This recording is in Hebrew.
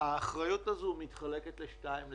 האחריות הזאת מתחלקת לשתיים.